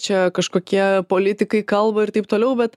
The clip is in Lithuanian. čia kažkokie politikai kalba ir taip toliau bet